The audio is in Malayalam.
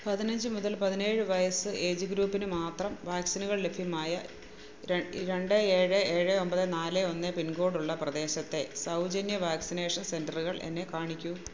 പതിനഞ്ച് മുതൽ പതിനേഴ് വയസ്സ് ഏജ് ഗ്രൂപ്പിന് മാത്രം വാക്സിനുകൾ ലഭ്യമായ രണ്ട് ഏഴ് ഏഴ് ഒമ്പത് നാല് ഒന്ന് പിൻകോഡ് ഉള്ള പ്രദേശത്തെ സൗജന്യ വാക്സിനേഷൻ സെൻററുകൾ എന്നെ കാണിക്കൂ